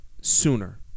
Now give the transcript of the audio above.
sooner